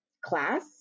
class